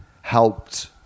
helped